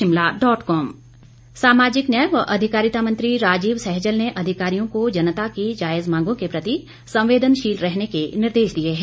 सैजल सामाजिक न्याय व अधिकारिता मंत्री राजीव सैहजल ने अधिकारियों को जनता की जायज मांगों के प्रति संवेदनशील रहने के निर्देश दिए हैं